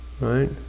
right